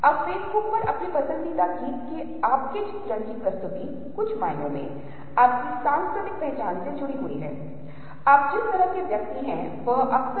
जब हम लोगों को आपस में टकराते हुए देखते हैं तो वे एक समूह के रूप में विचार करेंगे यह एक समूह है जो वहाँ पर खड़ा है अथवा एक और समूह है जो समूह बनाने की कोशिश कर रहा है यह एक बहुत ही दिलचस्प प्रवृत्ति है जो हमारे पास है